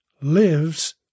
lives